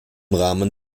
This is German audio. rahmen